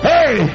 Hey